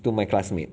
to my classmate